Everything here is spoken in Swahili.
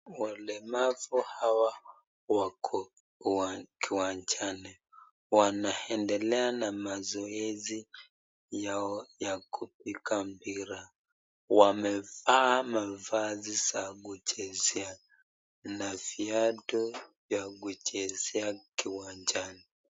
walemavu hawa wako uwa kiwanjani. Wanaendelea na mazoezi yao ya kupika mpira. Wamevaa mavazi za kuchezea vya viatu ya kuchezea kiwanjani.